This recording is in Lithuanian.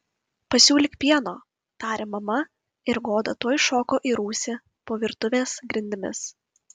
pasiūlyk pieno tarė mama ir goda tuoj šoko į rūsį po virtuvės grindimis